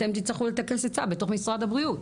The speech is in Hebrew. אתם תצטרכו לטקס עצה בתוך משרד הבריאות.